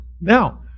now